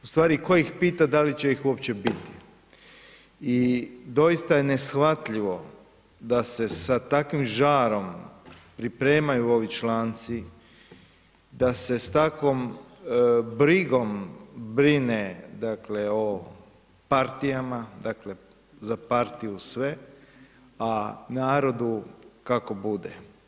U stvari tko ih pita da li će ih uopće biti i doista je neshvatljivo da se sa takvim žarom pripremaju ovi članci, da se s takvom brigom brine dakle o partijama dakle za partiju sve, a narodu kako bude.